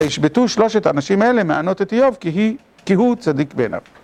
השבטו שלושת האנשים האלה מענות את איוב כי הוא צדיק בעיניו.